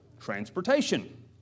transportation